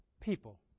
people